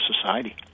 society